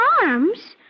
arms